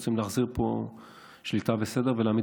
רוצים להחזיר פה שליטה וסדר ולהעמיד